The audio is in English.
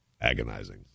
agonizing